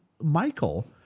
Michael